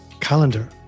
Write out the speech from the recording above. calendar